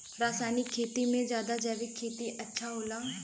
रासायनिक खेती से ज्यादा जैविक खेती अच्छा होला